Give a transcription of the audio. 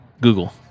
google